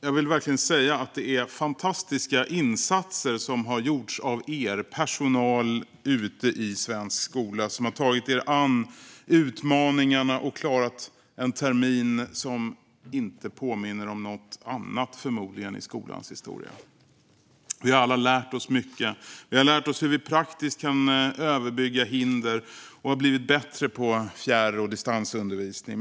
Jag vill verkligen säga att det är fantastiska insatser som har gjorts av personalen ute i svensk skola som har tagit sig an utmaningarna och klarat en termin som förmodligen inte påminner om någonting annat i skolans historia. Vi har alla lärt oss mycket. Vi har lärt oss hur vi praktiskt kan överbrygga hinder och har blivit bättre på fjärr och distansundervisning.